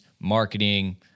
marketing